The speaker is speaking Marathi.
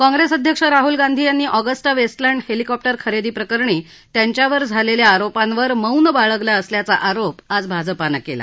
काँग्रेस अध्यक्ष राहुल गांधी यांनी ऑगस्टा वेस्टलँड हेलिकॉप्टर खरेदी प्रकरणी त्यांच्यावर झालेल्या आरोपांवर मौन बाळगलं असल्याचा आरोप आज भाजपानं केला